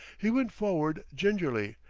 he went forward gingerly,